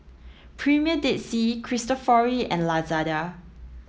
Premier Dead Sea Cristofori and Lazada